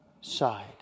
side